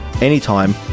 anytime